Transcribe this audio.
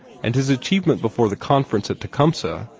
and his achievement before the conference at tecumseh,